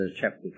chapter